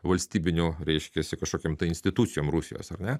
valstybiniu reiškiasi kažkokiom tai institucijom rusijos ar ne